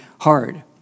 hard